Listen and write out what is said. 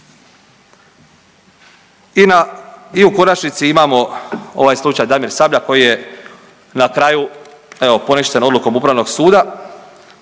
i u konačnici imamo ovaj slučaj Damir Sabljak koji je na kraju evo poništen odlukom Upravnog suda